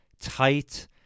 tight